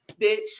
bitch